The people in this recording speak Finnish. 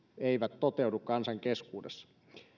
eivät toteudu kansan keskuudessa